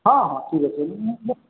ହଁ ହଁ ଠିକ ଅଛି ମୁଁ